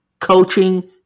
coaching